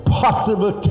possible